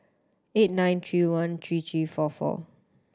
eight nine three one three three four four